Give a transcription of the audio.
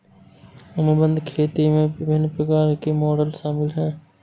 अनुबंध खेती में विभिन्न प्रकार के मॉडल शामिल हैं